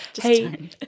Hey